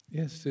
yes